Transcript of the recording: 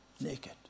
Naked